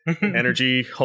energy